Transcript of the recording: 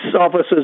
officers